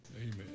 Amen